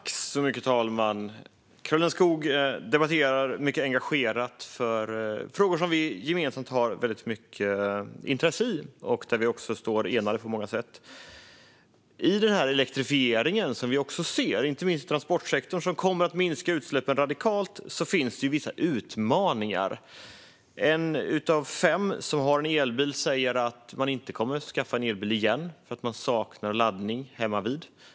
Fru talman! Karolina Skog debatterar mycket engagerat för frågor där vi har ett stort gemensamt intresse och där vi står enade på många sätt. I den elektrifiering som vi ser, inte minst inom transportsektorn, och som kommer att minska utsläppen radikalt finns vissa utmaningar. En av fem som har en elbil säger att man inte kommer att skaffa en elbil igen därför att man saknar laddning hemmavid.